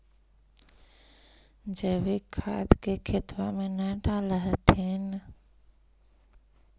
जैवीक खाद के खेतबा मे न डाल होथिं?